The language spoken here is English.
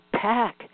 pack